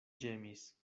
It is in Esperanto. ĝemis